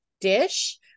dish